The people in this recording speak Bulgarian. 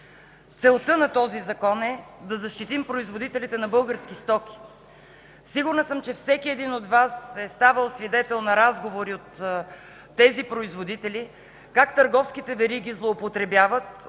Целта на този закон е да защитим производителите на български стоки. Сигурна съм, че всеки един от Вас е ставал свидетел на разговори от тези производители как търговските вериги злоупотребяват